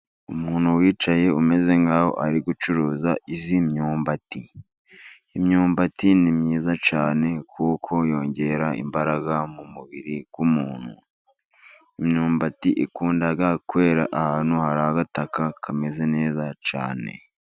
Umuntu wicaye umeze nkaho ari gucuruza iyi myumbati, imyumbati ni myiza cyane kuko yongera imbaraga mu mubiri w'umuntu. Imyumbati ikunda kwera ahantu hari igitaka kimeze neza cyane.